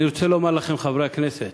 אני רוצה לומר לכם, חברי הכנסת,